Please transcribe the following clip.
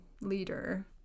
leader